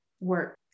work